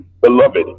beloved